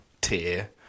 tier